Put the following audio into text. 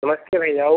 नमस्ते भईया